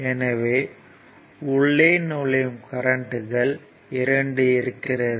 எனவே உள்ளே நுழையும் கரண்ட்கள் இரண்டு இருக்கிறது